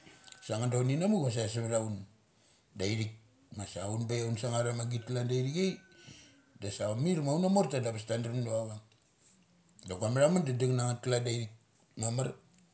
Sa nga don in namuk vasa suthaun. Da ithik, ma sa unbe unsangar ama git kalan da ithik ai, dasa mir ma autha mata da bes ta drum navavang. Da gua matha mun dadung na ngeth kalan da ithik mamar.